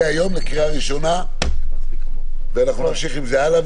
היום לקריאה הראשונה ונמשיך עם זה הלאה.